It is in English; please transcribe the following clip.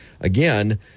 again